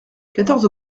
quatorze